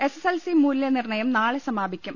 S S LC മൂല്യ നിർണയം നാളെ സമാപിക്കും